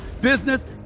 business